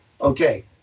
Okay